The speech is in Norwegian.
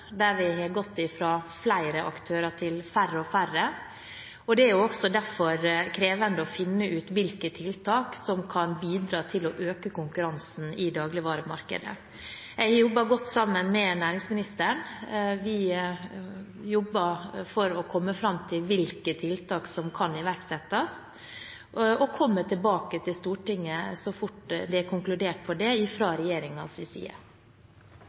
der vi har gått fra flere aktører til færre og færre, og det er også derfor krevende å finne ut hvilke tiltak som kan bidra til å øke konkurransen i dagligvaremarkedet. Jeg har jobbet godt sammen med næringsministeren. Vi jobber for å komme fram til hvilke tiltak som kan iverksettes, og kommer tilbake til Stortinget så fort det er konkludert på det fra regjeringens side. Jeg må si